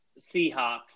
Seahawks